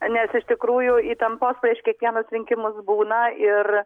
nes iš tikrųjų įtampos prieš kiekvienus rinkimus būna ir